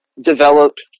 developed